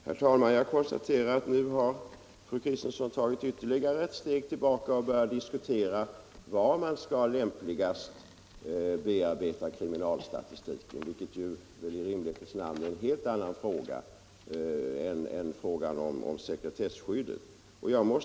Herr talman! Jag konstaterar att fru Kristensson nu tagit ytterligare ett steg tillbaka och börjat diskutera var man lämpligast skall bearbeta kriminalstatistiken. Det är i rimlighetens namn en helt annan fråga än frågan om sekretesskyddet.